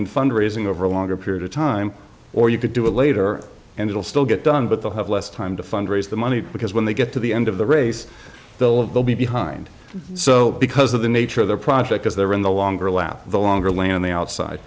in fund raising over a longer period of time or you could do it later and it'll still get done but they'll have less time to fund raise the money because when they get to the end of the race they'll of they'll be behind so because of the nature of their project as they are in the longer lap the longer lay on the outside